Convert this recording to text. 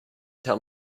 tell